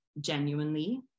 genuinely